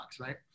right